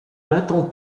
m’attends